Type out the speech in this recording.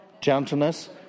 gentleness